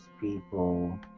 people